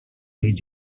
made